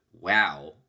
wow